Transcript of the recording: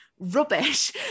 rubbish